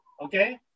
Okay